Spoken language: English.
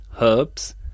herbs